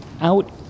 out